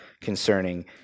concerning